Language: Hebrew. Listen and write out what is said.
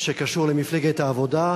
שקשור למפלגת העבודה,